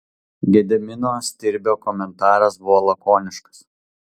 gedimino stirbio komentaras buvo lakoniškas